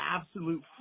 absolute